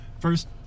first